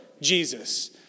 Jesus